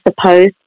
suppose